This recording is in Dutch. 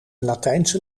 latijnse